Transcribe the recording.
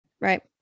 right